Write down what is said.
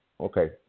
Okay